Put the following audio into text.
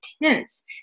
intense